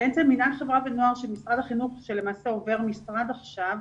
בעצם מינהל חברה ונוער של משרד החינוך שלמעשה עובר משרד עכשיו,